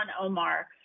Omar